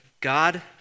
God